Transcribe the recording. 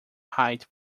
height